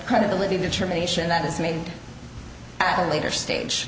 credibility determination that is made at a later stage